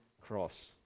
cross